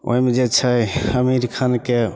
ओहिमे जे छै आमिर खानके